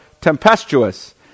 tempestuous